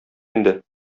инде